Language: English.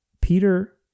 Peter